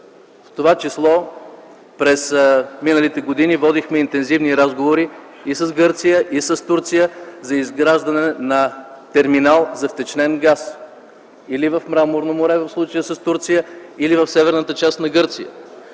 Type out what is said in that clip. газ! През изминалите години водихме интензивни разговори с Гърция и с Турция за изграждане на терминал за втечнен газ или в Мраморно море – в случая с Турция, или в северната част на Гърция.